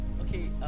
okay